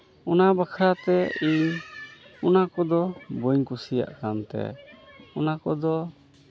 ᱚᱱᱟ ᱵᱟᱠᱷᱨᱟ ᱛᱮ ᱤᱧ ᱚᱱᱟ ᱠᱚᱫᱚ ᱵᱟᱹᱧ ᱠᱩᱥᱤᱭᱟᱜ ᱠᱟᱱ ᱛᱮ ᱚᱱᱟ ᱠᱚᱫᱚ